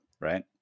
right